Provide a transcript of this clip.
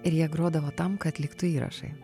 ir jie grodavo tam kad liktų įrašai